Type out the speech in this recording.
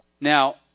Now